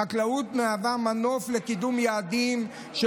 החקלאות מהווה מנוף לקידום יעדים של